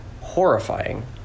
horrifying